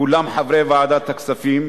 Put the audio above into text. כולם חברי ועדת הכספים,